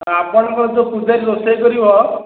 ଆପଣଙ୍କର ଯେଉଁ ପୂଜାରୀ ରୋଷେଇ କରିବ